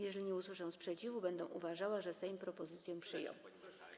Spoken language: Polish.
Jeżeli nie usłyszę sprzeciwu, będę uważała, że Sejm propozycję przyjął.